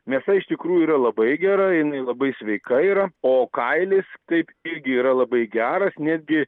mėsa iš tikrųjų yra labai gera jinai labai sveika yra o kailis kaip irgi yra labai geras netgi